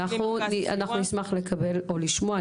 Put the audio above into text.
אנחנו נשמח לקבל או לשמוע.